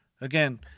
again